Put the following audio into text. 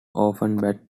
offenbach